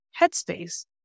headspace